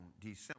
December